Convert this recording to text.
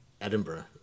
Edinburgh